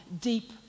deep